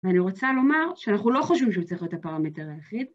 ‫ואני רוצה לומר שאנחנו לא חושבים ‫שהוא צריך להיות הפרמטר היחיד.